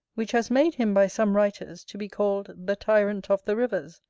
which has made him by some writers to be called the tyrant of the rivers,